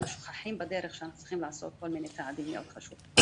אנחנו שוכחים בדרך שאנחנו צריכים לעשות כל מיני צעדים מאוד חשובים.